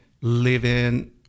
living